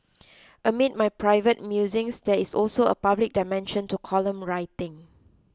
amid my private musings there is also a public dimension to column writing